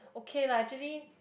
okay lah actually